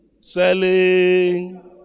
selling